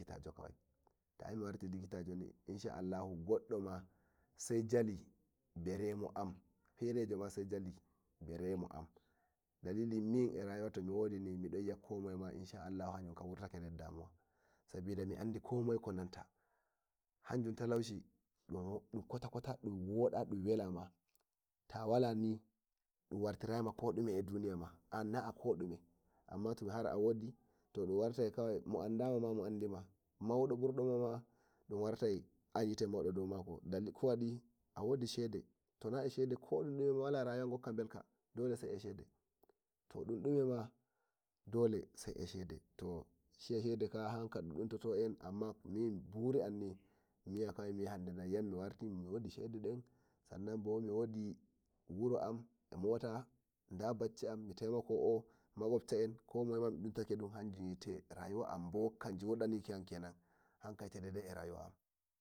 Tayi miwarti likitani goddoma sai jali bare mo am dalli min tomi wodini mindo yi'a komoye mani insha Allah hayun kam wurtake der damuwa sabida mi'andu komoye konanta hanjun talauci kota kota dun wel dun woda ma ta wali dun wartirayima ko ume e duniya ma an na'a ko dume amma to har a wodi mo'andama ma sai andima maudo burdo mama dun wartai an yite daudo daomako kowadi a wodi shede tona shede ko dun dume ma wala rayuwa gokka belka dole sai e shede to dun dumema dole sai eh shede shiya shede ka hanka buri'am ni miyi a miyi'a hande miwarti miwodi shede denni san nan bo miwodi wuro an emote na bacci am mitaimako makopta eh hanjun wiye rayuwa an bokka jodaniyanka kenan hanka wike dadei e rayuwa am.